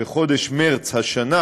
בחודש מרס השנה,